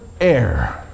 air